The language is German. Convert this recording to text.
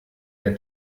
der